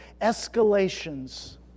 escalations